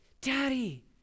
daddy